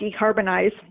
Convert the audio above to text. decarbonize